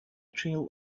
trail